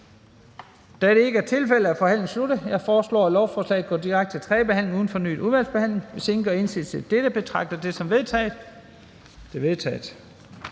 Da det ikke er tilfældet, er forhandlingen sluttet. Jeg foreslår, at lovforslaget går direkte til tredje behandling uden fornyet udvalgsbehandling. Hvis ingen gør indsigelse, betragter dette som vedtaget. Det er vedtaget.